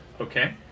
Okay